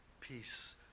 peace